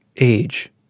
age